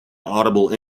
audible